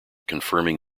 confirming